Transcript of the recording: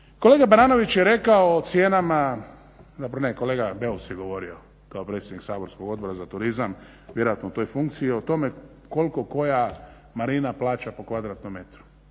Kolega Baranović je rekao o cijenama, zapravo ne, kolega Beus je govorio kao predsjednik saborskog Odbora za turizam vjerojatno u toj funkciji o tome koliko koja marina plaća po kvadratnom metru.